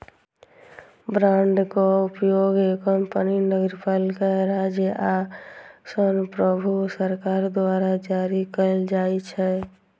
बांडक उपयोग कंपनी, नगरपालिका, राज्य आ संप्रभु सरकार द्वारा जारी कैल जाइ छै